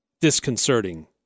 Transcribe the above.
disconcerting